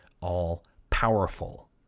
all-powerful